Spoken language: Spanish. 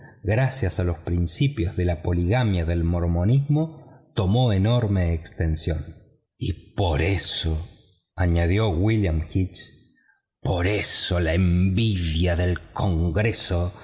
gracias a los principios de la poligamia del mormonismo tomó enorme extensión y por eso añadió william hitch por eso la envidia del congreso